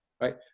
right